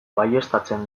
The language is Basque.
baieztatzen